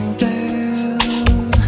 girl